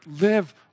live